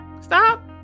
Stop